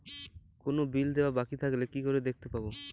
কোনো বিল দেওয়া বাকী থাকলে কি করে দেখতে পাবো?